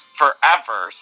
forever